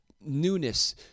newness